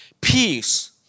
peace